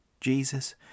Jesus